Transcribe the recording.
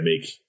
make